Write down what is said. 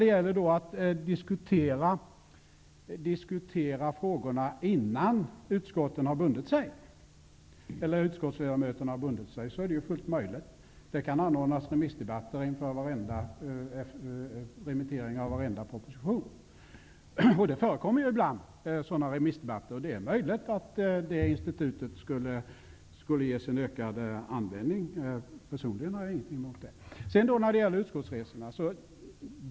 Det är fullt möjligt att diskutera frågorna innan utskottsledamöterna har bundit sig. Remissdebatter kan anordnas inför varenda proposion. Sådana remissdebatter förekommer ju ibland. Det är möjligt att den sortens institut skulle få en ökad användning, vilket jag personligen inte har något emot. Sedan till utskottsresorna.